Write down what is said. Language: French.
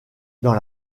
dans